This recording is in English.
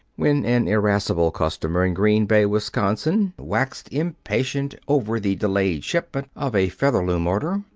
when an irascible customer in green bay, wisconsin, waxed impatient over the delayed shipment of a featherloom order,